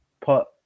put